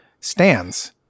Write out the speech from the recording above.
stands